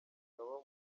umugaba